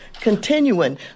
continuing